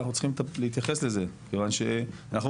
אנחנו צריכים להתייחס לזה כיוון שאנחנו